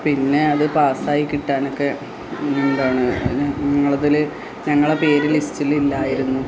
പിന്നെ അത് പാസ്സായി കിട്ടാനൊക്കെ എന്താണ് നിങ്ങളിൽ ഞങ്ങളുടെ പേർ ലിസ്റ്റിലില്ലായിരുന്നു